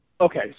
Okay